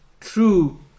true